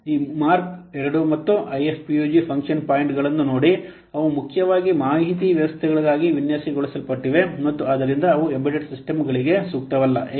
ಈ Mark II ಮತ್ತು IFPUG function ಪಾಯಿಂಟ್ಗಳನ್ನು ನೋಡಿ ಅವು ಮುಖ್ಯವಾಗಿ ಮಾಹಿತಿ ವ್ಯವಸ್ಥೆಗಳಿಗಾಗಿ ವಿನ್ಯಾಸಗೊಳಿಸಲ್ಪಟ್ಟಿವೆ ಮತ್ತು ಆದ್ದರಿಂದ ಅವು ಎಂಬೆಡೆಡ್ ಸಿಸ್ಟಮ್ಗಳಿಗೆ ಸೂಕ್ತವಲ್ಲ ಏಕೆ